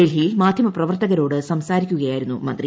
ഡൽഹിയിൽ മാധ്യമപ്രവർത്തകരോട് സംസാരിക്കുകയായിരുന്നു മന്ത്രി